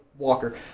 Walker